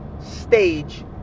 stage